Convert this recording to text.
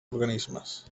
organismes